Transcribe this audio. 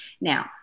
Now